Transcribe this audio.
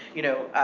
you know,